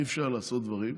אי-אפשר לעשות דברים,